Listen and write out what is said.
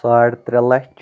ساڑ ترٛےٚ لچھ